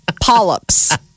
polyps